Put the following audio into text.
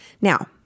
Now